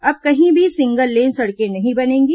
अब कहीं भी सिंगल लेन सड़कें नहीं बनेंगी